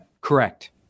correct